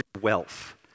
wealth